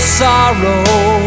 sorrow